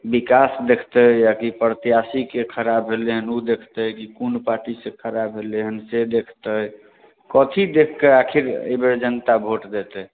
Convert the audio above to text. विकास देखतै आ की प्रत्याशीके खड़ा भेलै हन ओ देखतै की कओन पार्टीसँ खड़ा भेलै हन से देखतै कथी देखि कऽ आखिर एहि बेर जनता भोट देतै